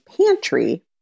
pantry